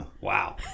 Wow